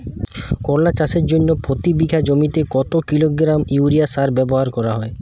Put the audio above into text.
করলা চাষের জন্য প্রতি বিঘা জমিতে কত কিলোগ্রাম ইউরিয়া সার ব্যবহার করা হয়?